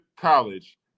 College